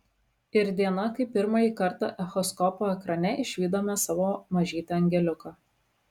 ir diena kai pirmąjį kartą echoskopo ekrane išvydome savo mažytį angeliuką